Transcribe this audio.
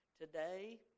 Today